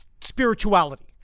spirituality